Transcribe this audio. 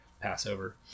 Passover